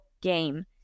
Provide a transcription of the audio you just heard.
game